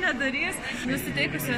nedarys nusiteikusi